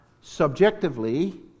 subjectively